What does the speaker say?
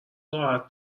راحت